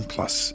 Plus